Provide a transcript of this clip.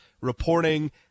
reporting